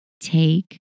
take